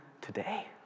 today